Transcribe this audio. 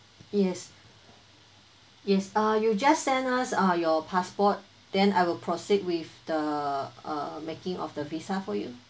yes yes uh you just send us uh your passport then I will proceed with the uh making of the visa for you